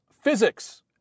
Physics